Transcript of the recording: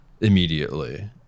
immediately